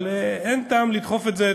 אבל אין טעם לדחוף את זה,